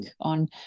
on